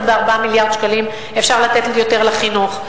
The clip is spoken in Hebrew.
ב-4 מיליארד שקלים: אפשר לתת יותר לחינוך,